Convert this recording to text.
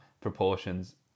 proportions